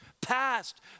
past